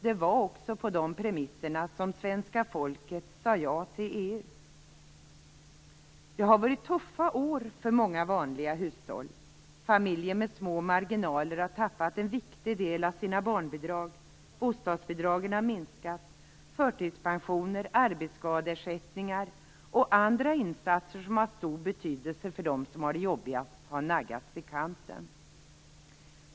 Det var på de premisserna som svenska folket sade ja till Det har varit tuffa år för många vanliga hushåll. Familjer med små marginaler har tappat en viktig del av sina barnbidrag. Bostadsbidragen har minskat. Förtidspensioner, arbetsskadeersättningar och andra insatser som har stor betydelse för dem som har det jobbigast har naggats i kanten.